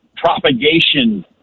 propagation